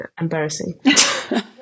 embarrassing